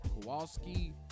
Kowalski